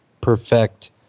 perfect